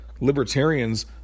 libertarians